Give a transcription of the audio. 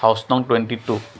house নং twenty two